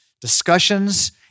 discussions